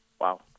Wow